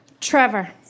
Trevor